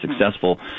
successful